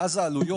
ואז העלויות